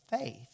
faith